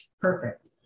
Perfect